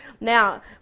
Now